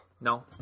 No